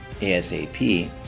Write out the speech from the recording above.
ASAP